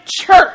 Church